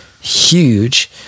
huge